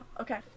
Okay